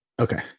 okay